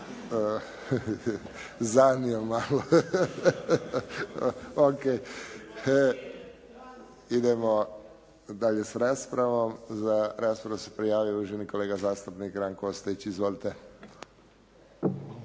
zanio malo. Idemo dalje s raspravom. Za raspravu se prijavio uvaženi kolega zastupnik Ranko Ostojić. Izvolite.